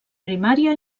primària